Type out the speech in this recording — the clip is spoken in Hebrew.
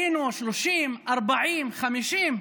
היינו 30, 40, 50,